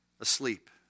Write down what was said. asleep